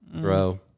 Bro